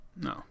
No